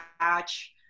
patch